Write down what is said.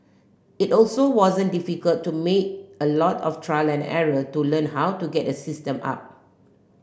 it also wasn't difficult to make a lot of trial and error to learn how to get a system up